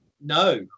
no